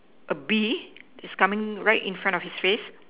a bee is coming right in front of his face